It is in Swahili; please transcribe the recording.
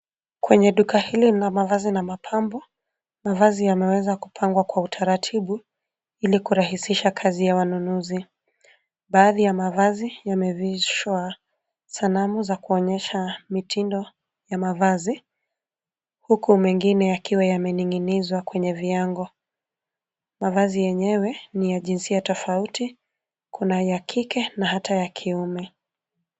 Kwenye duka hili la mavazi na mapambo, mavazi yameweza kupangwa Kwa utaratibu ili kurahisisha kazi ya wanunuzi. Baadhi ya mavazi yamevishwa sanamu za kuonyesha mitindo ya mavazi, huku mengine yakiwa yamening'inizwa kwenye viango. Mavazi yenyewe ni ya jinsia tofauti, ya kike na hata ya kiume.